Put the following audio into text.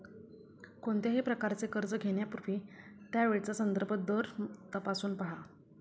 कोणत्याही प्रकारचे कर्ज घेण्यापूर्वी त्यावेळचा संदर्भ दर तपासून पहा